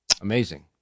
amazing